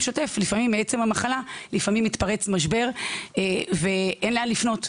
שוטף לפעמים מעצם המחלה מתפרץ משבר ואין לאן לפנות,